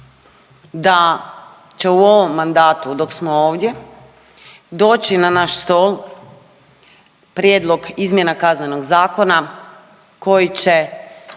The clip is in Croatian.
da će u ovom mandatu dok smo ovdje doći na naš stol prijedlog izmjena Kaznenog zakona koji će